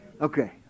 Okay